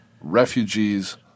refugees